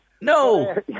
No